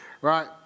right